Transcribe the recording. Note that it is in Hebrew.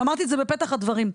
ואמרתי את זה בפתח הדברים,